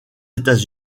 états